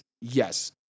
yes